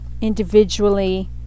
individually